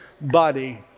body